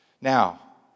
Now